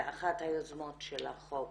ואחת היוזמות של החוק,